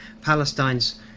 Palestine's